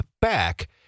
back